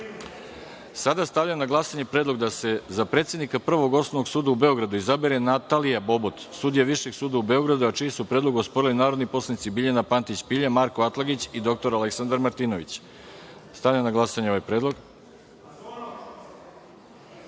stavljam na glasanje Predlog da se za predsednika Prvog osnovnog suda u Beogradu izabere Natalija Bobot, sudija Višeg suda u Beogradu, a čiji su predlog osporili narodni poslanici Biljana Pantić Pilja, Marko Atlagić i dr Aleksandar Martinović. Zaključujem glasanje i saopštavam: